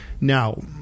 Now